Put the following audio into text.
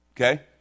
Okay